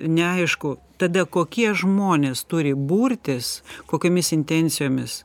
neaišku tada kokie žmonės turi burtis kokiomis intencijomis